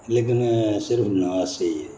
लेकिन सिर्फ नांऽ आस्तै गै ऐ